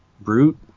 Brute